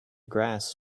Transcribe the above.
grass